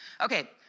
Okay